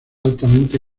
altamente